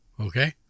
Okay